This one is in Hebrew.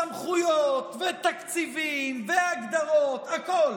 סמכויות ותקציבים והגדרות, הכול.